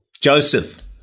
Joseph